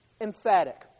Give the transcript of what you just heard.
emphatic